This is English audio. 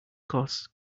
costs